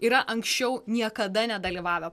yra anksčiau niekada nedalyvavę